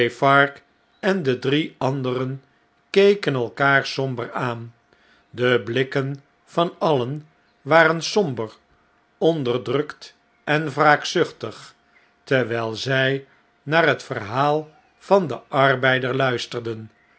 en de drie anderen keken elkaar somber aan de blikken van alien waren somber onderdrukt en wraakzucbtig terwjjl zjj naar het verhaal van den arbeider luisterden